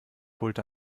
holte